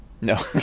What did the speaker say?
no